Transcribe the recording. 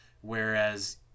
whereas